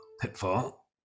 Pitfall